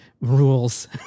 rules